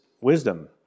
wisdom